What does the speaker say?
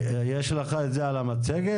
את זה במצגת?